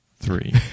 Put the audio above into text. three